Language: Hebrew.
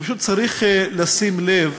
פשוט צריך לשים לב